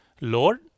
Lord